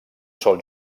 sol